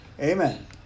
Amen